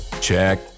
Check